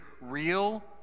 real